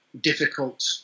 Difficult